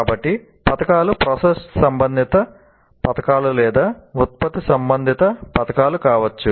కాబట్టి పతకాలు ప్రాసెస్ సంబంధిత పతకాలు లేదా ఉత్పత్తి సంబంధిత పతకాలు కావచ్చు